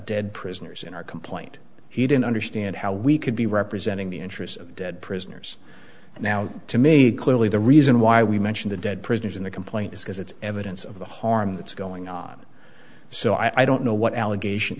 dead prisoners in our complaint he didn't understand how we could be representing the interests of dead prisoners now to me clearly the reason why we mention the dead prisoners in the complaint is because it's evidence of the harm that's going on so i don't know what allegation